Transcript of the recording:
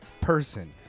Person